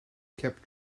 kept